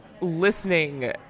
listening